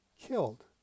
killed